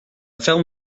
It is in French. ferme